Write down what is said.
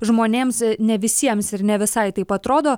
žmonėms ne visiems ir ne visai taip atrodo